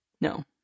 No